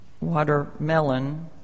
watermelon